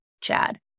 Chad